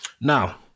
Now